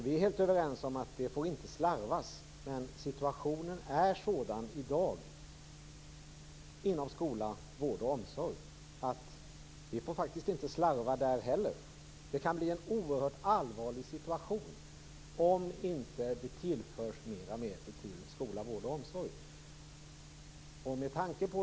Vi är helt överens om att det inte får slarvas, men situationen inom skola, vård och omsorg är i dag sådan att vi faktiskt inte får slarva där heller. Det kan bli oerhört allvarligt om det inte tillförs mer medel till skola, vård och omsorg.